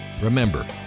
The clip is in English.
Remember